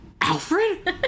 Alfred